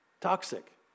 toxic